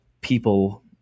people